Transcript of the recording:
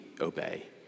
obey